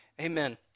amen